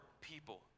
people